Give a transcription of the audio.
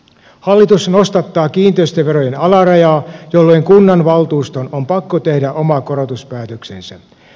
hallitus nostattaa kiinteistöverojen alarajaa jolloin kunnanvaltuuston on pakko tehdä oma korotuspäätöksensä